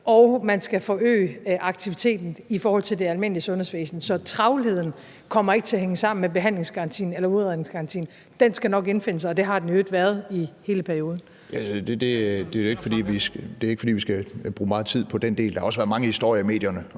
og de skal forøge aktiviteten i forhold til det almindelige sundhedsvæsen. Så travlheden kommer ikke til at hænge sammen med behandlingsgarantien eller udredningsgarantien. Den skal nok indfinde sig, og det har den i øvrigt gjort i hele perioden. Kl. 14:03 Formanden (Henrik Dam Kristensen):